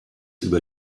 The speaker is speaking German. über